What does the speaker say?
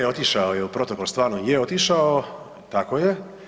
Je, otišao je u protokol, stvarno je otišao, tako je.